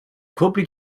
company